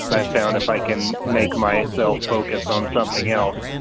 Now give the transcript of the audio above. but i found if i can make myself focus on something else,